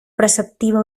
preceptiva